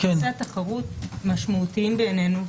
יחסי התחרות משמעותיים בעינינו,